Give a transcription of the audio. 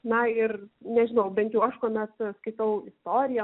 na ir nežinau bent jau aš kuomet skaitau istoriją